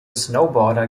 snowboarder